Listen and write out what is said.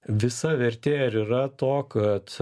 visa vertė ir yra to kad